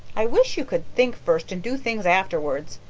i wish you could think first and do things afterwards,